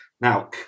now